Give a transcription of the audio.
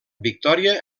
victòria